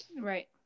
Right